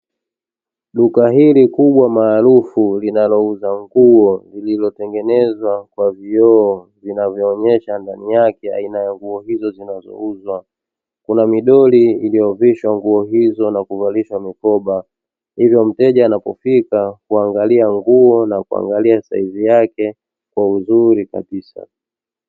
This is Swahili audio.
Duka hili kubwa maarufu linalouza nguo lililotengenezwa kwa vioo vinavyoonyesha ndani yake aina ya nguo hizo zinazouzwa. Kuna midoli iliyovishwa nguo hizo na kuvalishwa mikoba, hivyo mteja anapofika huangalia nguo na huangalia saizi yake kwa uzuri kabisa.